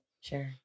Sure